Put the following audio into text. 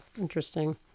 Interesting